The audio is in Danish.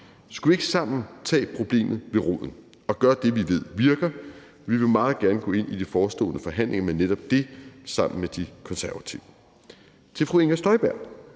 Skulle vi ikke sammen tage problemet ved roden og gøre det, vi ved virker? Vi vil meget gerne gå ind i de forestående forhandlinger med netop den tilgang sammen med De Konservative. Til fru Inger Støjberg